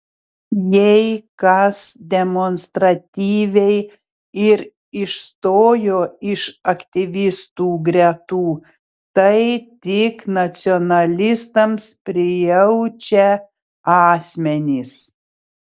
jei kas demonstratyviai ir išstojo iš aktyvistų gretų tai tik nacionalistams prijaučią asmenys